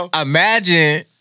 Imagine